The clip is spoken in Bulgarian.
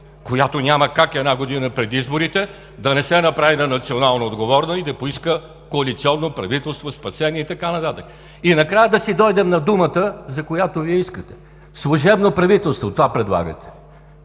която няма как една година преди изборите да не се направи на национално отговорна и да поиска коалиционно правителство, спасение и така нататък. И накрая да си дойдем на думата, което искате Вие. Служебно правителство – това предлагате!